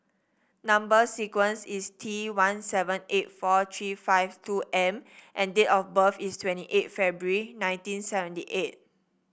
number sequence is T one seven eight four three five two M and date of birth is twenty eight February nineteen seventy eight